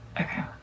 Okay